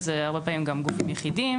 וזה הרבה פעמים גם גופים יחידים.